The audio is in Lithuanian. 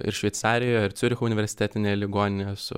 ir šveicarijoj ir ciuricho universitetinėj ligoninėj esu